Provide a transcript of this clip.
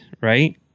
right